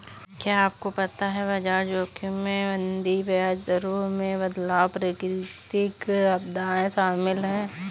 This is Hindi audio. क्या आपको पता है बाजार जोखिम में मंदी, ब्याज दरों में बदलाव, प्राकृतिक आपदाएं शामिल हैं?